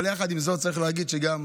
אבל יחד עם זאת צריך להגיד שיש